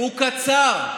הוא קצר.